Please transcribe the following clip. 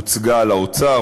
הוצגה לאוצר,